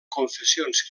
confessions